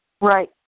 right